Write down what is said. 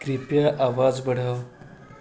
कृपया आवाज बढ़ाउ